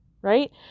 Right